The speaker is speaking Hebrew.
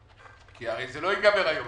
הרי זה לא ייגמר היום,